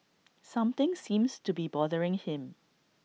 something seems to be bothering him